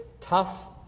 tough